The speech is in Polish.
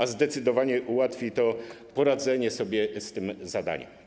To zdecydowanie ułatwi poradzenie sobie z tym zadaniem.